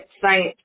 Science